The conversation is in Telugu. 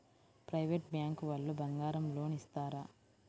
ప్రైవేట్ బ్యాంకు వాళ్ళు బంగారం లోన్ ఇస్తారా?